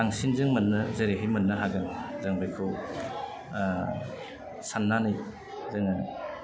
बांसिन जों मोननो जेरैहाय मोननो हागोन जों बेखौ सान्नानै जोङो